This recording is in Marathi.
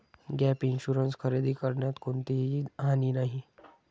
गॅप इन्शुरन्स खरेदी करण्यात कोणतीही हानी नाही